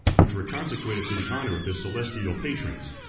which were consecrated to the honor of his celestial patrons.